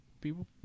people